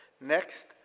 Next